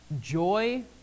joy